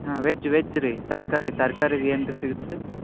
ಹಾಂ veg veg ರೀ ತರಕಾರಿ ತರಕಾರಿ ಏನು ರೀ ಸಿಗತ್ತೆ